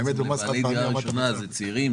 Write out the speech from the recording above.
ומדובר בצעירים,